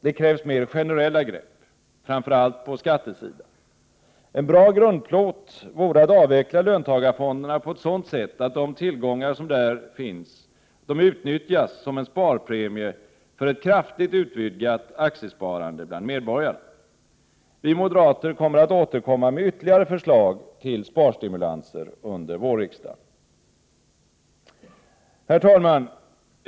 Det krävs mer generella grepp, framför allt på skattesidan. En bra grundplåt vore att avveckla löntagarfonderna på ett sådant sätt att de tillgångar som där finns utnyttjas som en sparpremie för ett kraftigt utvidgat aktiesparande bland medborgarna. Vi moderater kommer att återkomma under vårriksdagen med ytterligare förslag till sparstimulanser. Herr talman!